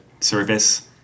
service